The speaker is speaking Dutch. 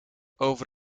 over